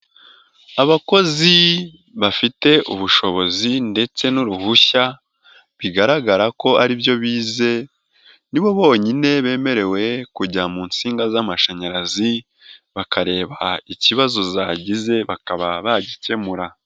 Abakozi bafite ubushobozi ndetse n'uruhushya bigaragara ko ari byo bize, ni bo bonyine bemerewe kujya mu nsinga z'amashanyarazi bakareba ikibazo zagize bakaba bagikemura.